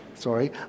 Sorry